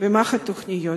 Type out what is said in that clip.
ומה התוכניות?